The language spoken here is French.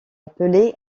appelés